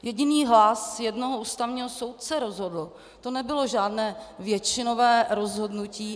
Jediný hlas jednoho ústavního soudce rozhodl, to nebylo žádné většinové rozhodnutí.